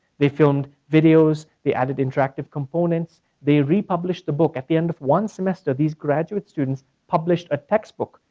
they filmed videos, they added interactive components. they republished the book. at the end of one semester, these graduate students published a textbook,